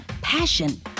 passion